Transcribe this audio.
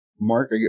Mark